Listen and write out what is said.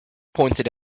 pointed